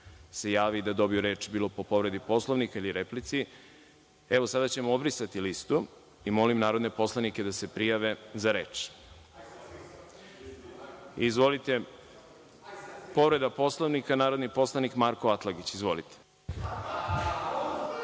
se jave i da dobiju reč bilo po povredi Poslovnika ili replici, sada ćemo obrisati listu i molim narodne poslanike da se prijave za reč. Povreda Poslovnika, narodni poslanik Marko Atlagić.